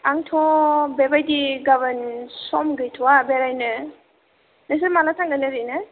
आंथ' बेबादि गाबोन सम गैथ'या बेरायनो नोंसोर माला थांगोन एरैनो